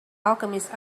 alchemist